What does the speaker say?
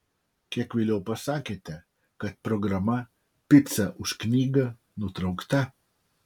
kiek vėliau pasakėte kad programa pica už knygą nutraukta